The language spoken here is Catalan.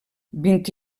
vint